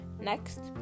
Next